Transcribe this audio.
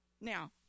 Now